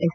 S